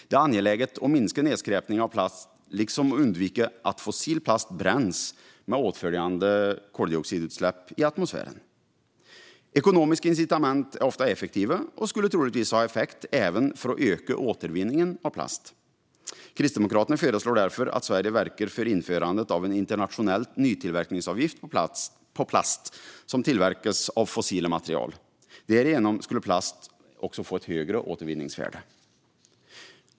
Det är angeläget att minska nedskräpningen med plast liksom att undvika att fossil plast bränns med åtföljande koldioxidutsläpp i atmosfären. Ekonomiska incitament är ofta effektiva och skulle troligtvis ha effekt även för att öka återvinningen av plast. Kristdemokraterna föreslår därför att Sverige verkar för införandet av en internationell nytillverkningsavgift på plast som tillverkas av fossila material. Därigenom skulle plast också få ett högre återvinningsvärde.